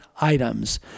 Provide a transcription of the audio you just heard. items